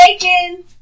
Bacon